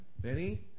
Benny